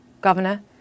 Governor